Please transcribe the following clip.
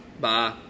Bye